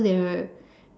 so there